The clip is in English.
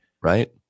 right